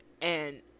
And-